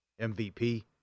MVP